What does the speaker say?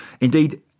indeed